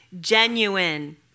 genuine